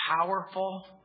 powerful